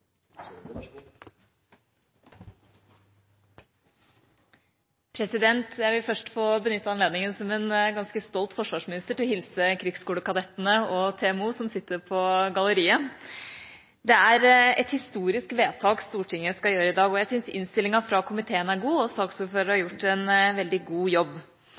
Jeg vil først få benytte anledningen som en ganske stolt forsvarsminister til å hilse krigsskolekadettene og TMO, som sitter på galleriet. Det er et historisk vedtak Stortinget skal gjøre i dag. Jeg syns innstillingen fra komiteen er god, og saksordføreren har gjort en veldig god jobb.